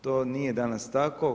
To nije danas tako.